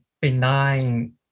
benign